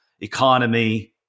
economy